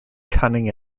cunning